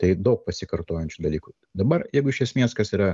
tai daug pasikartojančių dalykų dabar jeigu iš esmės kas yra